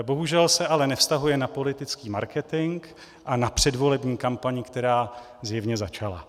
Bohužel se ale nevztahuje na politický marketing a na předvolební kampaň, která zjevně začala.